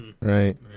Right